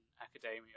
Academia